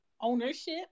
ownership